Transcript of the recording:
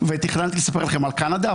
ותכננתי לספר לכם על קנדה,